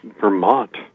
Vermont